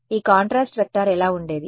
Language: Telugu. ఈ కాంట్రాస్ట్ వెక్టర్ ఎలా ఉండేది